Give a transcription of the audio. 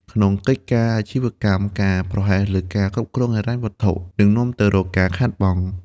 ក្នុងកិច្ចការអាជីវកម្ម ការប្រហែសលើការគ្រប់គ្រងហិរញ្ញវត្ថុនឹងនាំទៅរកការខាតបង់។